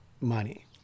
money